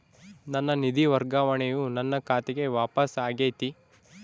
ನನ್ನ ನಿಧಿ ವರ್ಗಾವಣೆಯು ನನ್ನ ಖಾತೆಗೆ ವಾಪಸ್ ಆಗೈತಿ